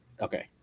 Okay